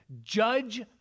judge